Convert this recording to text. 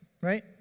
right